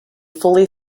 fully